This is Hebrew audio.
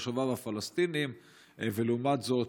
לעומת זאת,